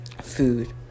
food